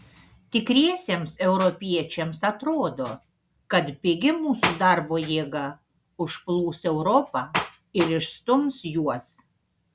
tikriesiems europiečiams atrodo kad pigi mūsų darbo jėga užplūs europą ir išstums juos